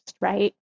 right